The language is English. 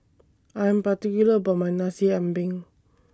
I Am particular about My Nasi Ambeng